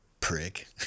prick